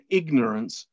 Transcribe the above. ignorance